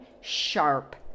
sharp